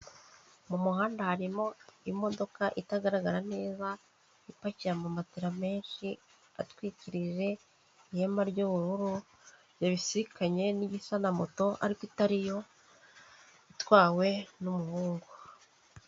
Mu muhanda harimo imodoka itagaragara neza ipakiye amamatera menshi atwikirije ihema ry'ubururu yabisikanye n'igisa na moto ariko atari yo itwawe n'umuhungu.